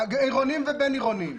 עירוניים ובין-עירוניים.